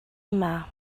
yma